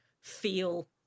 feel